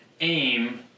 aim